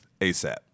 ASAP